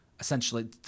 Essentially